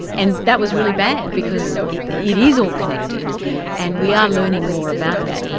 and that was really bad because it is all connected and we are learning more about that.